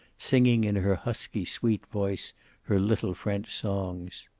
singing in her husky sweet voice her little french songs.